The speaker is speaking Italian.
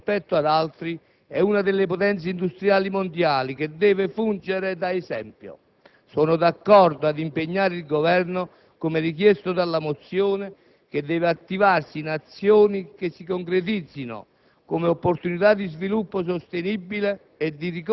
Il nostro Paese, ancorché piccolo rispetto ad altri, è una delle potenze industriali mondiali, che deve fungere da esempio. Sono d'accordo ad impegnare il Governo, come richiesto dalla mozione, ad attivarsi in azioni che si concretizzino